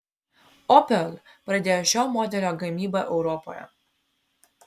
opel pradėjo šio modelio gamybą europoje